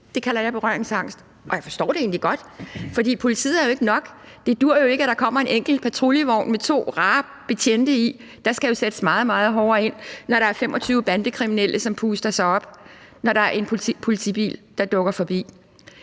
Det kalder jeg berøringsangst, og jeg forstår det egentlig godt, for politiet er jo ikke nok. Det duer jo ikke, at der kommer en enkelt patruljevogn med to rare betjente i. Der skal jo sættes meget, meget hårdere ind, når der er 25 bandekriminelle, som puster sig op, når der er en politibil, der kører forbi.